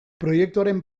proiektuaren